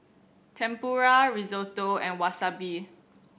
Tempura Risotto and Wasabi